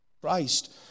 Christ